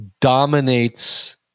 dominates